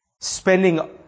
spending